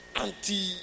anti